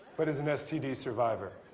but as an std survivor.